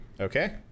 Okay